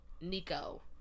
nico